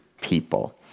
people